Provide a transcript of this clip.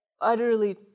utterly